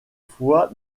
fois